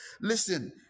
Listen